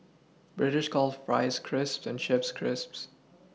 British calls Fries Chips and Chips Crisps